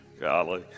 Golly